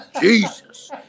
Jesus